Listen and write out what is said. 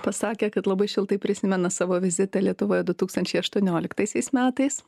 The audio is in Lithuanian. pasakė kad labai šiltai prisimena savo vizitą lietuvoje du tūkstančiai aštuonioliktaisiais metais